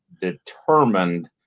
determined